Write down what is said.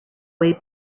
way